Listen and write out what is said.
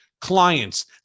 clients